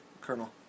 Colonel